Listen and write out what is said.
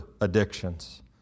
addictions